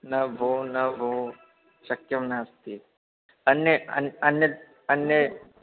न भो न भो शक्यं नास्ति अन्यत् अन्यत् अन्यद् अन्यत्